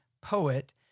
poet